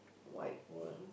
wide world